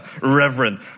reverend